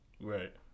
Right